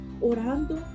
orando